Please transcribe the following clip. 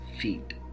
feet